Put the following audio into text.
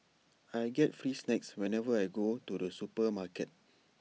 I get free snacks whenever I go to the supermarket